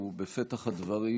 בפתח הדברים,